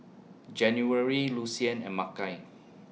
January Lucien and Makai